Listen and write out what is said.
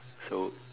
so